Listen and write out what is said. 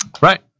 Right